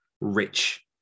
rich